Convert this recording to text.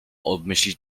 obmyślić